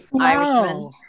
Irishman